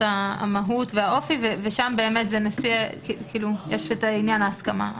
המהות והאופי ושם באמת יש את עניין ההסכמה.